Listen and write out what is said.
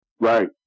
Right